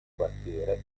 quartiere